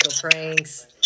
pranks